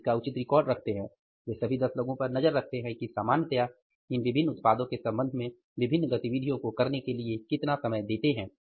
वे इसका उचित रिकॉर्ड रखते हैं और वे सभी दस लोगों पर नजर रखते हैं कि सामान्यतया इन विभिन्न उत्पादों के संबंध में विभिन्न गतिविधियों को करने के लिए कितना समय देते हैं